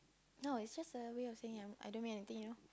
no it's just a way of saying I'm I don't mean anything you know